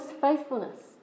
faithfulness